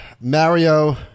Mario